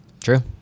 True